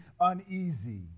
uneasy